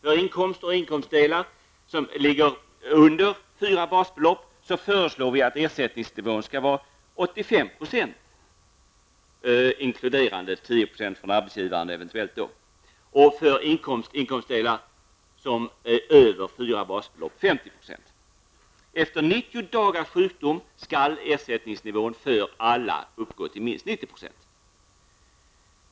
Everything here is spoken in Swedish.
För inkomster inkomstdelar över fyra basbelopp 50 %. Efter 90 dagars sjukdom skall ersättningsnivån för alla vara minst 90 %.